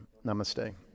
namaste